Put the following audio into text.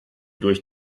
durch